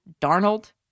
Darnold